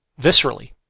viscerally